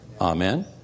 Amen